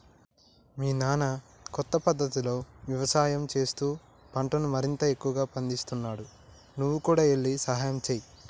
మీ నాన్న కొత్త పద్ధతులతో యవసాయం చేస్తూ పంటను మరింత ఎక్కువగా పందిస్తున్నాడు నువ్వు కూడా ఎల్లి సహాయంచేయి